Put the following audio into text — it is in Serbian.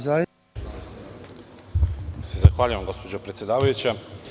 Zahvaljujem se gospođo predsedavajuća.